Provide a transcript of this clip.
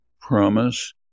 promise